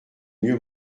mieux